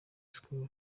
skol